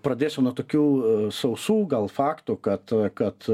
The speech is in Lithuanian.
pradėsiu nuo tokių sausų gal faktų kad kad